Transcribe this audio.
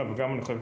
זה נושא מורכב.